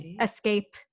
escape